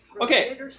Okay